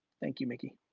thank you mickey.